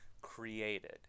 created